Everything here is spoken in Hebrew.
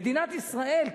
במדינת ישראל,